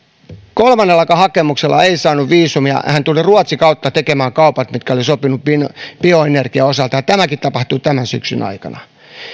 kolmannellakaan hakemuksella ei saanut viisumia hän tuli ruotsin kautta tekemään kaupat mitkä oli sopinut bioenergian osalta tämäkin tapahtui tämän syksyn aikana